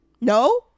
no